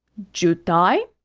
jutai